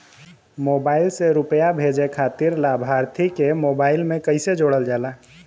Mobile से रूपया भेजे खातिर लाभार्थी के मोबाइल मे कईसे जोड़ल जाला?